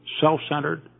self-centered